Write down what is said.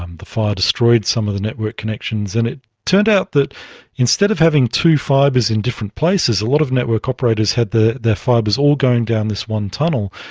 um the fire destroyed some of the network connections, and it turned out that instead of having two fibres in different places, a lot of network operators had their fibres all going down this one tunnel,